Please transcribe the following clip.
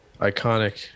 iconic